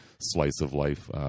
slice-of-life